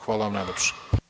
Hvala vam najlepše.